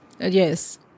yes